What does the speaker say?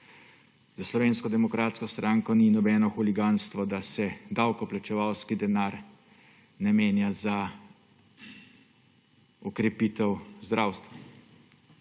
Za Slovensko demokratsko stranko ni nobeno huliganstvo, da se davkoplačevalski denar namenja za okrepitev zdravstva.